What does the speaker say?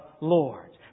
lords